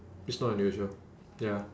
it's not unusual ya